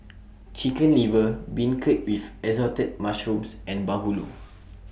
Chicken Liver Beancurd with Assorted Mushrooms and Bahulu